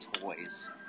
toys